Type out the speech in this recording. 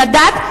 לדת,